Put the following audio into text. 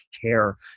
care